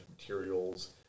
materials